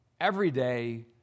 everyday